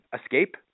escape